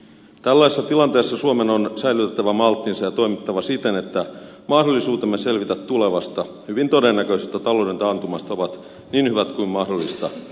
tällaisessa tilanteessa suomen on säilytettävä malttinsa ja toimittava siten että mahdollisuutemme selvitä tulevasta hyvin todennäköisestä talouden taantumasta ovat niin hyvät kuin mahdollista